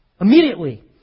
immediately